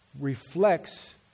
reflects